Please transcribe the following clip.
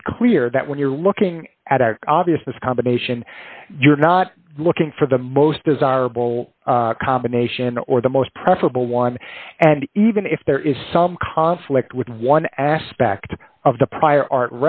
made clear that when you're looking at a obviousness combination you're not looking for the most desirable combination or the most preferable one and even if there is some conflict with one aspect of the prior art